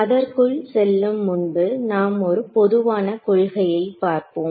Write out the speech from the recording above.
அதற்குள் செல்லும் முன்பு நாம் ஒரு பொதுவான கொள்கையை பார்ப்போம்